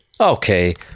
Okay